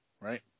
right